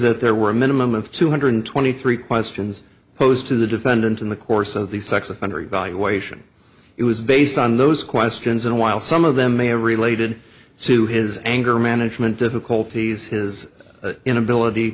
that there were a minimum of two hundred twenty three questions posed to the defendant in the course of the sex offender evaluation it was based on those questions and while some of them may have related to his anger management difficulties his inability